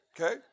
Okay